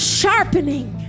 sharpening